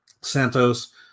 Santos